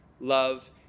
love